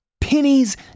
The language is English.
pennies